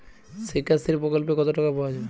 শিক্ষাশ্রী প্রকল্পে কতো টাকা পাওয়া যাবে?